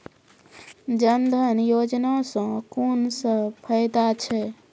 जनधन योजना सॅ कून सब फायदा छै?